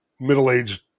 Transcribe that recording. middle-aged